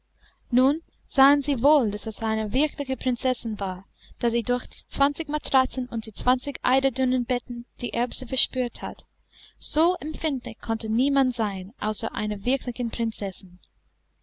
nun sahen sie wohl daß es eine wirkliche prinzessin war da sie durch die zwanzig matratzen und die zwanzig eiderdunenbetten die erbse verspürt hatte so empfindlich konnte niemand sein außer einer wirklichen prinzessin